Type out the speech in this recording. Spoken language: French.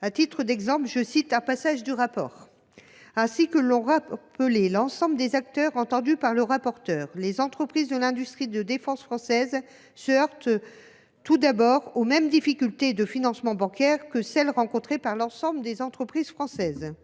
Permettez moi de citer un passage du rapport :« Ainsi que l’ont rappelé l’ensemble des acteurs entendus par le rapporteur, les entreprises de l’industrie de défense française se heurtent tout d’abord aux mêmes difficultés de financement bancaire que celles rencontrées par l’ensemble des entreprises françaises.